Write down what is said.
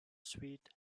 sweet